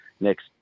next